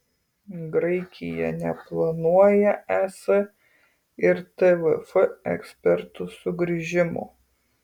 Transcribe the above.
graikija neplanuoja es ir tvf ekspertų sugrįžimo